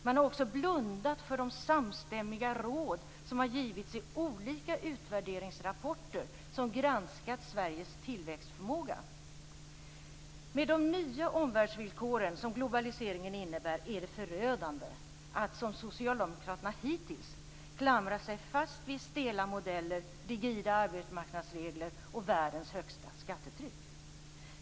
Man har också blundat för de samstämmiga råd som har givits i olika utvärderingsrapporter som granskat Med de nya omvärldsvillkor som globaliseringen innebär är det förödande att, som Socialdemokraterna hittills, klamra sig fast vid stela modeller, rigida arbetsmarknadsregler och världens högsta skattetryck.